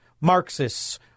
Marxists